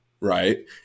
right